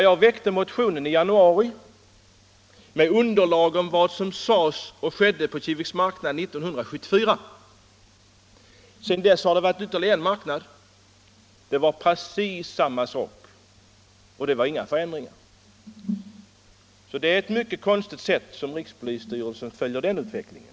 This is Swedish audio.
Jag väckte motionen i januari med underlag från vad som sades och skedde på Kiviks marknad 1974. Sedan dess har det återigen varit en marknad. Det var precis samma sak, det var inga förändringar. Det är alltså ett mycket konstigt sätt som rikspolisstyrelsen följer den utvecklingen på.